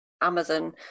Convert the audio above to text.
amazon